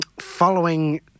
following